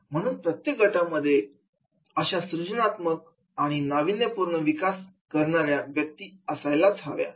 म्हणून प्रत्येक गटामध्ये अशा सृजनात्मक आणि नाविन्यपूर्ण विचार करणाऱ्या व्यक्ती असायलाच हव्यात